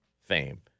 Fame